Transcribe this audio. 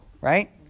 right